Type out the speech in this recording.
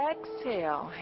Exhale